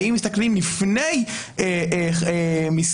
ואם מסתכלים לפני מיסים,